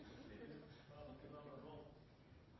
tid er